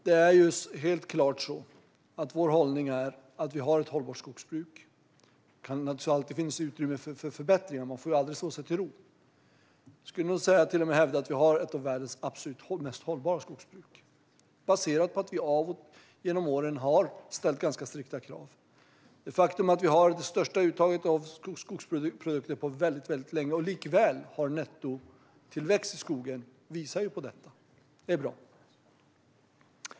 Vår hållning är helt klart att vi har ett hållbart skogsbruk även om det naturligtvis alltid finns utrymme för förbättringar; man får aldrig slå sig till ro. Jag skulle till och med hävda att vi har ett av världens absolut mest hållbara skogsbruk, baserat på att vi genom åren har ställt ganska strikta krav. Det faktum att vi har det största uttaget av skogsprodukter på väldigt länge och likväl har nettotillväxt i skogen visar på detta. Det är bra.